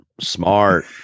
Smart